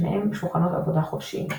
שניהם שולחנות עבודה חופשיים.